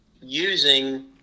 using